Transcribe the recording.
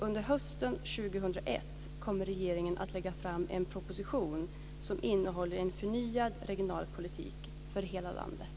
Under hösten 2001 kommer regeringen att lägga fram en proposition som innehåller en förnyad regionalpolitik för hela landet.